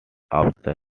after